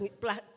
black